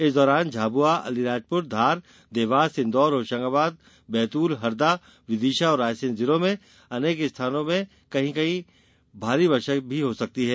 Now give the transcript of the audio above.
इस दौरान झाबुआ अलीराजपुर धार देवास इंदौर होशंगाबाद बैतूल हरदा विदिशा और रायसेन जिलों में अनेक स्थानों में कहीं कहीं भारी वर्षा भी हो सकती है